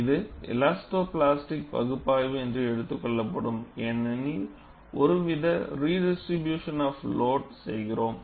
இது elastoplastic பகுப்பாய்வு என்று எடுத்துக் கொள்ள வேண்டும் ஏனெனில் நாம் ஒருவித ரிடிஸ்ட்ரிபியூஷன் ஆப் லோடு செய்கிறோம்